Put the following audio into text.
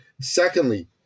Secondly